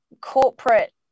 corporate